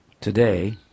Today